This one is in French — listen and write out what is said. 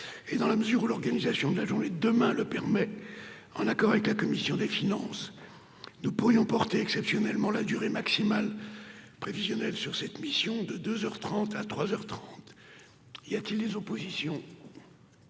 et dans la mesure où l'organisation de la journée demain le permet, en accord avec la commission des finances, nous pourrions porter exceptionnellement la durée maximale prévisionnelles sur cette mission de 2 heures 30 à 3 heures 30, y a-t-il des oppositions.